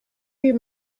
you